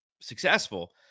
successful